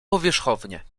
powierzchownie